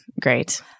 Great